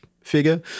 figure